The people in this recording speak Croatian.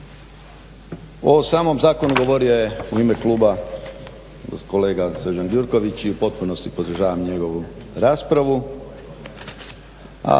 samom zakonu govorio je u ime kluba kolega Srđan Gjurković i u potpunosti podržavam njegovu raspravu.